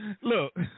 look